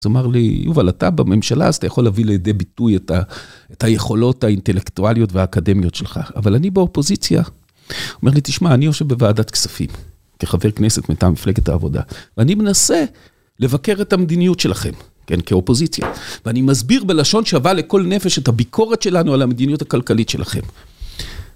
אז אמר לי, יובל, אתה בממשלה, אז אתה יכול להביא לידי ביטוי את היכולות האינטלקטואליות והאקדמיות שלך. אבל אני באופוזיציה. הוא אומר לי, תשמע, אני יושב בוועדת כספים, כחבר כנסת מטעם מפלגת העבודה, ואני מנסה לבקר את המדיניות שלכם, כן כאופוזיציה, ואני מסביר בלשון שווה לכל נפש את הביקורת שלנו על המדיניות הכלכלית שלכם.